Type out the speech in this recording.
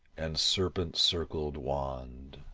and serpent-circled wand.